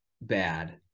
bad